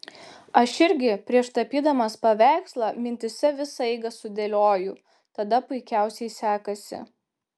aš irgi prieš tapydamas paveikslą mintyse visą eigą sudėlioju tada puikiausiai sekasi